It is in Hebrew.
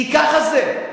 כי ככה זה.